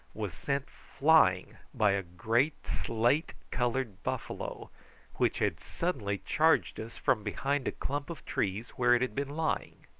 was sent flying by a great slate-coloured buffalo which had suddenly charged us from behind a clump of trees where it had been lying.